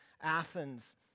Athens